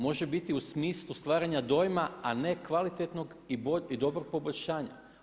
Može biti u smislu stvaranja dojma a ne kvalitetnog i dobrog poboljšanja.